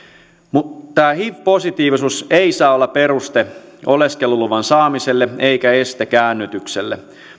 tämä hiv positiivisuus ei saa olla peruste oleskeluluvan saamiselle eikä este käännytykselle